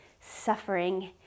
Suffering